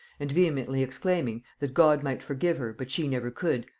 and vehemently exclaiming, that god might forgive her, but she never could,